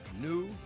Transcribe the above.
new